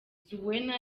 zuena